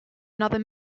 another